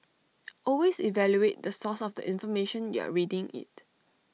always evaluate the source of the information you're reading IT